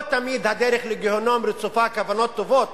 לא תמיד הדרך לגיהינום רצופה כוונות טובות,